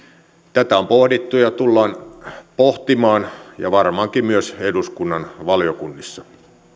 tätä on pohdittu ja tullaan pohtimaan ja varmaankin myös eduskunnan valiokunnissa